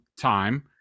time